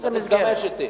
אתה מתגמש אתי.